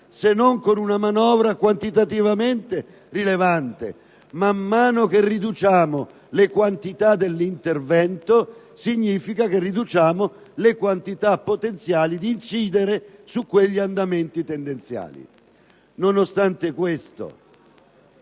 se non con una manovra quantitativamente rilevante: man mano che riduciamo le quantità dell'intervento riduciamo le possibilità potenziali di incidere su quegli andamenti tendenziali. Nonostante questo,